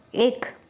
एक